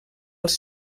els